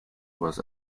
was